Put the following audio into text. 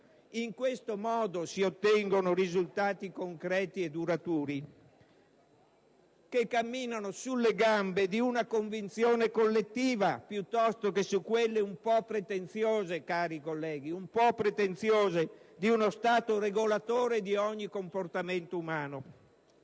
In questo modo si ottengono risultati concreti e duraturi, che camminano sulle gambe di una convinzione collettiva piuttosto che su quelle un po' pretenziose, cari colleghi, di uno Stato regolatore di ogni comportamento umano.